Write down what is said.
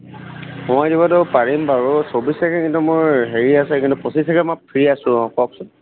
পাৰিম বাৰু চৌবিছ তাৰিখে কিন্তু মোৰ হেৰি আছে কিন্তু পঁচিছ তাৰিখে মই ফ্ৰী আছোঁ অ' কওকচোন